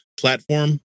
platform